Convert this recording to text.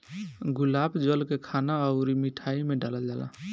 गुलाब जल के खाना अउरी मिठाई में डालल जाला